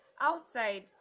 outside